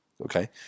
Okay